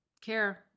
care